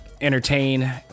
entertain